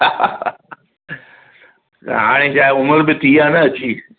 हाणे छा आहे उमिरि बि थी आहे न अची